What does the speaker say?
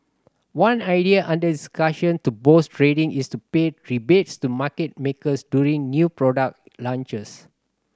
one idea under discussion to boost trading is to pay rebates to market makers during new product launches